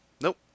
Nope